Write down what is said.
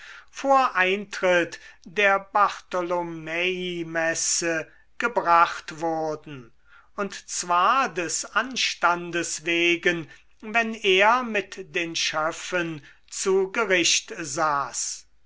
vor eintritt der bartholomäimesse gebracht wurden und zwar des anstandes wegen wenn er mit den schöffen zu gericht saß